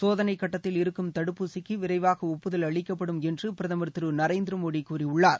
சோதனை கட்டத்தில் இருக்கும் தடுப்பூசிக்கு விரைவாக ஒப்புதல் அளிக்கப்படும் என்று பிரதமர் திரு நரேந்திர மோடி கூறியுள்ளார்